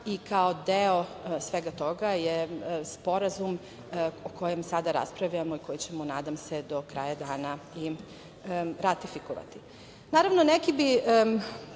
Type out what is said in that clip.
Kao deo svega toga je sporazum o kojem sada raspravljamo i koji ćemo nadam se do kraja dana i ratifikovati. Naravno, neki bi